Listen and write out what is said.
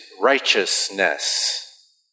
righteousness